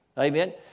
Amen